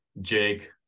Jake